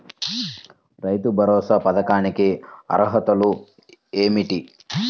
రైతు భరోసా పథకానికి అర్హతలు ఏమిటీ?